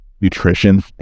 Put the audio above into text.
nutrition